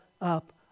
up